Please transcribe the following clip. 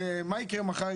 נשאר.